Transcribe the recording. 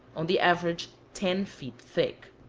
on the average ten feet thick.